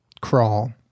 crawl